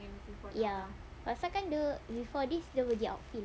ya pasal kan dia before this dia pergi outfield